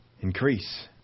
increase